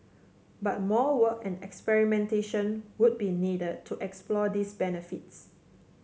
but more work and experimentation would be needed to explore these benefits